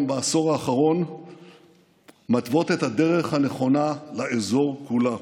בעשור האחרון מתוות את הדרך הנכונה לאזור כולו.